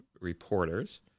reporters